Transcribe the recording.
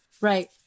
right